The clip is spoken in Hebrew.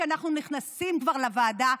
וכשאנחנו נכנסים כבר לוועדה,